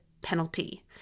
penalty